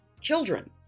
children